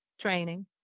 training